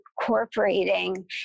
incorporating